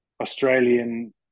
Australian